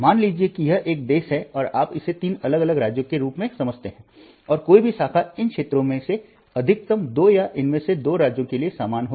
मान लीजिए कि यह एक देश है और आप इसे तीन अलग अलग राज्यों के रूप में समझते हैं और कोई भी शाखा इन क्षेत्रों में से अधिकतम दो या इनमें से दो राज्यों के लिए समान होगी